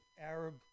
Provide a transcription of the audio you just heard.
Arab